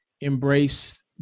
embrace